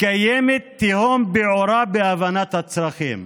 קיימת תהום פעורה בהבנת הצרכים